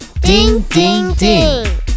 ding-ding-ding